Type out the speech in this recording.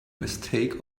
mistake